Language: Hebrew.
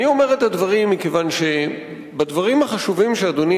אני אומר את הדברים מכיוון שבדברים החשובים שאדוני